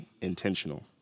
intentional